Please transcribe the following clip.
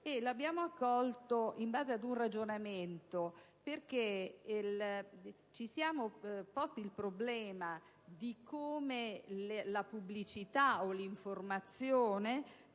abbiamo fatto in base ad un ragionamento. Ci siamo cioè posti il problema di come la pubblicità o l'informazione